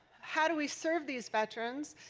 how do we serve these veterans,